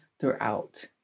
throughout